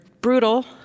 brutal